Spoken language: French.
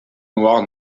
noirs